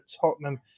Tottenham